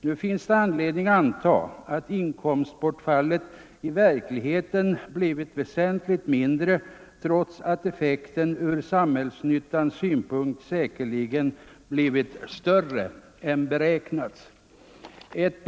Det finns anledning anta att inkomstbortfallet i verkligheten blivit väsentligt mindre, trots att effekten från samhällsnyttans synpunkt säkerligen blivit större än beräknat.